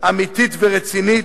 אמיתית ורצינית,